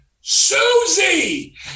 Susie